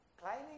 Climbing